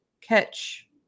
catch